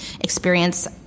experience